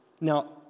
Now